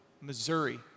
Missouri